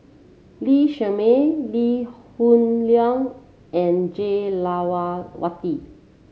Lee Shermay Lee Hoon Leong and Jah